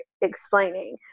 explaining